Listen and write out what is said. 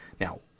Now